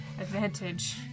advantage